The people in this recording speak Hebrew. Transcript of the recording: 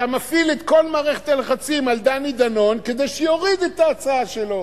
אתה מפעיל את כל מערכת הלחצים על דני דנון כדי שיוריד את ההצעה שלו.